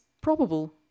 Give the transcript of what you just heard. probable